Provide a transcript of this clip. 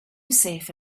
safe